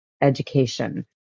education